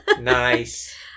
nice